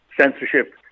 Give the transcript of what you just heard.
censorship